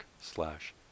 slash